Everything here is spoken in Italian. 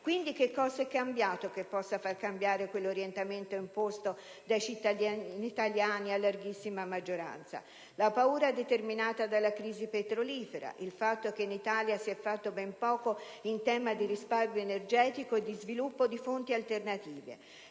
Quindi, che cosa è cambiato che possa far cambiare quell'orientamento imposto dai cittadini italiani a larghissima maggioranza? La paura determinata dalla crisi petrolifera, il fatto che in Italia si è fatto ben poco in tema di risparmio energetico e di sviluppo di fonti alternative.